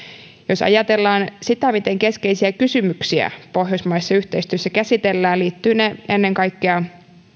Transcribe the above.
jos ajatellaan sitä miten keskeisiä kysymyksiä pohjoismaisessa yhteistyössä käsitellään liittyvät ne ennen kaikkea